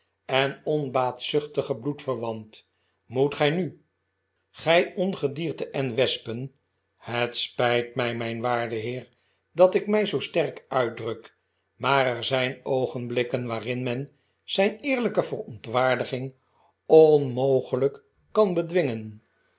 en onbaatzuchtigen bloedverwant moet gij nu r gij ongedierte en wespen het spijt mij mijn waarde heer dat ik mij zoo sterk uitdruk maar er zijn oogenblikken waarin men zijn eerlijke yerontwaardiging onmogelijk kan bedwingen